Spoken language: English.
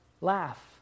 laugh